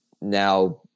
now